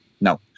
no